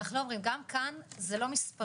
גם כאן זה לא מספרים.